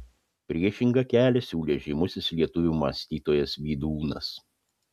priešingą kelią siūlė žymusis lietuvių mąstytojas vydūnas